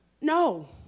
No